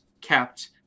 kept